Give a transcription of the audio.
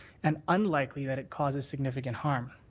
and unlikely that it causes significant harm.